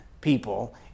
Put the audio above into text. people